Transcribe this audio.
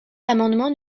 l’amendement